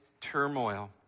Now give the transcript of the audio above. turmoil